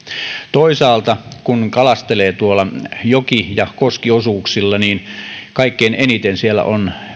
toisaalta kun kalastelee tuolla joki ja koskiosuuksilla niin kaikkein eniten siellä on